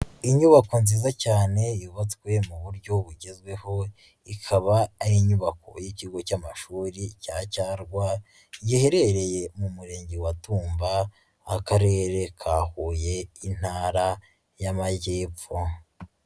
Inyubako nziza cyane yubatswe mu buryo bugezweho, ikaba ari inyubako y'ikigo cy'amashuri cya Cyarwa giherereye mu murenge wa Tumba Akarere ka Huye, Intara y'Amajyepfo.